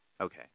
Okay